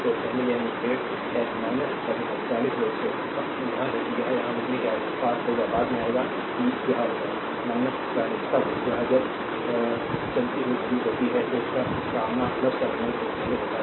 तो पहले यह मुठभेड़ है टर्मिनल 40 वोल्ट सोर्स इसका मतलब यह है कि यह यहाँ लिखने के आसपास होगा बाद में आएगा कि यह होगा 40 तब यह जब your चलती हुई घड़ी होती है तो इसका सामना टर्मिनल से पहले होता है